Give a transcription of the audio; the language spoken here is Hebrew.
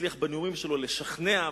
בנאומים שלו הוא מצליח לשכנע,